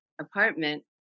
apartment